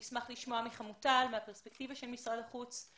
נשמח לשמוע מהפרספקטיבה של משרד החוץ.